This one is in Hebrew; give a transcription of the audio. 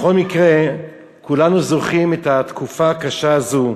בכל מקרה, כולנו זוכרים את התקופה הקשה הזאת,